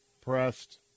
pressed